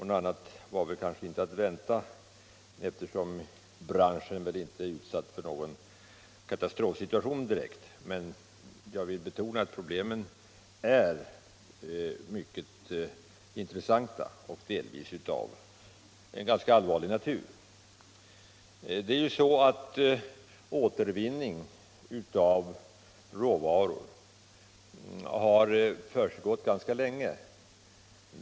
Något annat var kanske inte att vänta, eftersom branschen inte befinner sig i någon direkt katastrofsituation. Men jag vill betona att problemen är mycket intressanta och delvis av ganska allvarlig natur. Återvinning av råvaror har försiggått ganska länge.